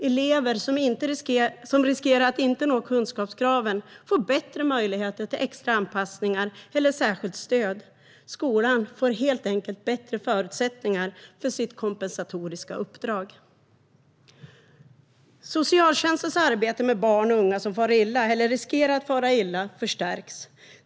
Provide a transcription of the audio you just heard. Elever som riskerar att inte nå kunskapskraven får bättre möjligheter till extra anpassningar eller särskilt stöd. Skolan får helt enkelt bättre förutsättningar för sitt kompensatoriska uppdrag. Socialtjänstens arbete med barn och unga som far illa eller riskerar att fara illa förstärks.